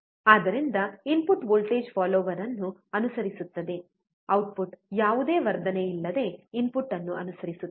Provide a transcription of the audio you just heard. ಆದ್ದರಿಂದ input voltage follower ಅನ್ನು ಅನುಸರಿಸುತ್ತದೆ ಔಟ್ಪುಟ್ ಯಾವುದೇ ವರ್ಧನೆಯಿಲ್ಲದೆ ಇನ್ಪುಟ್ ಅನ್ನು ಅನುಸರಿಸುತ್ತದೆ